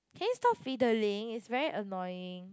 can you stop fiddling it's very annoying